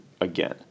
again